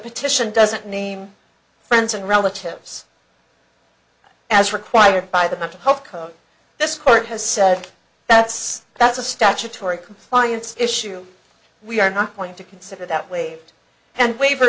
petition doesn't name friends and relatives as required by the mental health code this court has said that's that's a statutory compliance issue we are not going to consider that waived and waiver